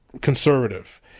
conservative